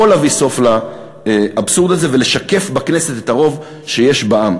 יכול להביא סוף לאבסורד הזה ולשקף בכנסת את הרוב הזה שיש בעם.